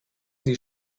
sie